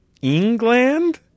England